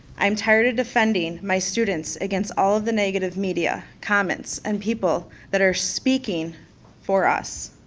i'm tired of defending my students against all of the negative media, comments, and people that are speaking for us.